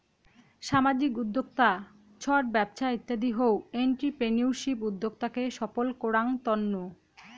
সামাজিক উদ্যক্তা, ছট ব্যবছা ইত্যাদি হউ এন্ট্রিপ্রেনিউরশিপ উদ্যোক্তাকে সফল করাঙ তন্ন